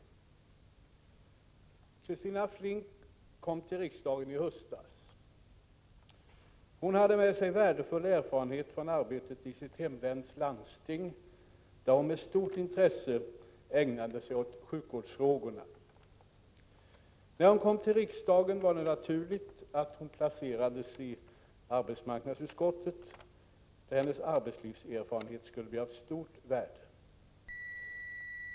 Christina Flink kom till riksdagen i höstas. Hon hade med sig värdefull erfarenhet från arbetet i sitt hemläns landsting, där hon med stort intresse ägnade sig åt sjukvårdsfrågorna. När hon kom till riksdagen var det naturligt att hon placerades i arbetsmarknadsutskottet. Hennes arbetslivserfarenhet skulle bli av stort värde.